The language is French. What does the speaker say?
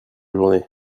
journée